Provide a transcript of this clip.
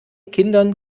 kindern